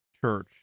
Church